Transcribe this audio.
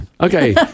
Okay